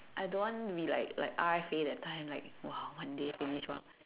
I don't want to be like like R_F_A that time !wow! one day finish one